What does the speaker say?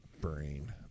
brain